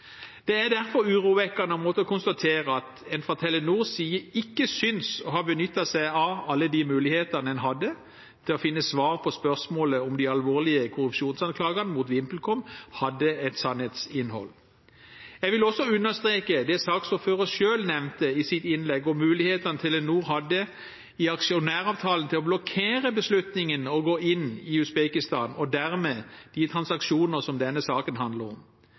Det er derfor urovekkende å måtte konstatere at en fra Telenors side ikke synes å ha benyttet seg av alle de mulighetene en hadde til å finne svar på spørsmålet om de alvorlige korrupsjonsanklagene mot VimpelCom hadde et sannhetsinnhold. Jeg vil også understreke det saksordføreren selv nevnte i sitt innlegg, om mulighetene Telenor hadde i aksjonæravtalen til å blokkere beslutningen om å gå inn i Usbekistan, og dermed i transaksjoner som denne saken handler om.